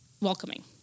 welcoming